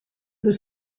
der